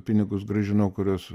pinigus grąžinau kuriuos